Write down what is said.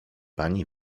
pani